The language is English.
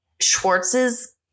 Schwartz's